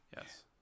yes